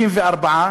54,